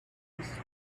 this